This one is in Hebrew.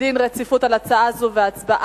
דין רציפות על הצעת חוק החשמל (תיקון מס'